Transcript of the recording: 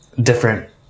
different